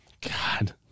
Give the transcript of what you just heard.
God